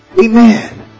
Amen